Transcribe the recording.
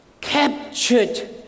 Captured